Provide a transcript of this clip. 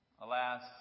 Alas